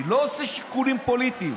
אני לא עושה שיקולים פוליטיים.